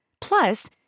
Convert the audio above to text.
Plus